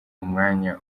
umwanya